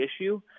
issue